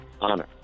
honor